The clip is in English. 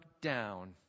down